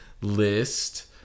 list